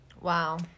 wow